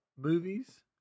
movies